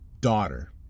daughter